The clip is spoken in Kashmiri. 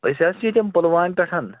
أسۍ حظ چھِ ییٚتٮ۪ن پُلوامہِ پٮ۪ٹھ